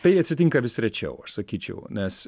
tai atsitinka vis rečiau aš sakyčiau nes